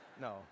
No